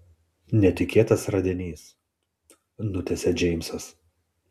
netikėtas radinys nutęsia džeimsas